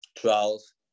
trials